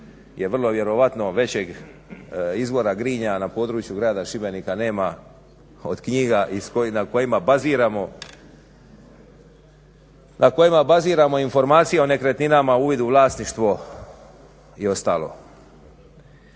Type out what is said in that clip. jer vrlo vjerojatno većeg izvora grinja na području grada Šibenika nema od knjiga na kojima baziramo informacije o nekretninama uvid u vlasništvo i ostalo.